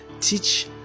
teach